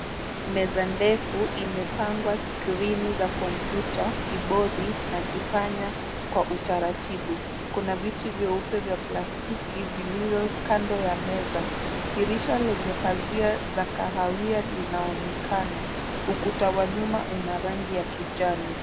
Meza ndefu imepangwa skrini za kompyuta ,kibodi na kipanya kwa utaratibu ,Kuna viti vyeupe vya plastiki vilivyo kando ya meza . Dirisha lenye pazia za kahawia zinaonekana, ukuta wa nyuma una rangi ya kijani.